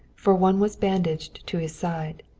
for one was bandaged to his side.